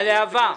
תסביר.